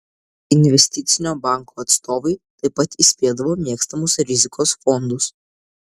investicinio banko atstovai taip pat įspėdavo mėgstamus rizikos fondus